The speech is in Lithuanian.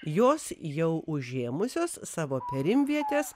jos jau užėmusios savo perimvietes